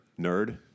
nerd